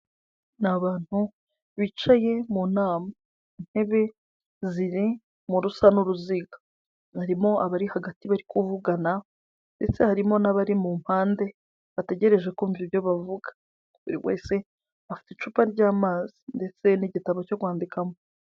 Ni abantu bicaye mu nama intebe ziri mu rusa n'uruziga harimo abari hagati bari kuvugana ndetse harimo n'abari mu mpande bategereje kumva ibyo bavuga buri wese afite icupa ry'amazi ndetse n'igitabo cyo kwandikamo.